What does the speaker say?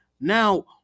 Now